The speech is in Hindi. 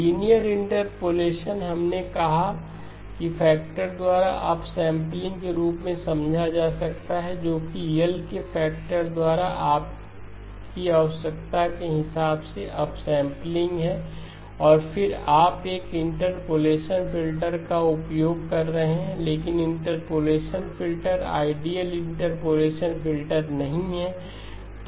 लिनियर इंटरपोलेशन हमने कहा कि फैक्टर द्वारा अप सैंपलिंग के रूप में समझा जा सकता है जो कि L के फैक्टर द्वारा आपकी आवश्यकता के हिसाब से अप सैंपलिंग है और फिर आप एक इंटरपोलेशन फ़िल्टर का उपयोग कर रहे हैं लेकिन interpolation filter ideal interpolation filter नहीं है